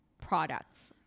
products